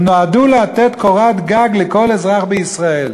הם נועדו לתת קורת גג לכל אזרח בישראל.